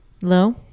Hello